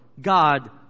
God